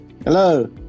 Hello